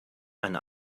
eine